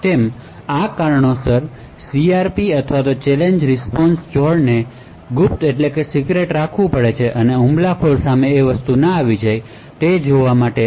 અને આ કારણોસર સીઆરપી અથવા ચેલેન્જ રિસ્પોન્સ જોડોને સીક્રેટ રાખવા પડે છે અને તે હુમલાખોર સામે ન આવે તે જોવું પડે છે